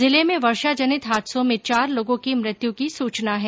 जिले में वर्षा जनित हादसों में चार लोगों की मृत्यु की सूचना है